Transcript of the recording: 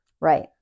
Right